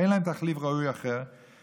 אין להם תחליף ראוי אחר,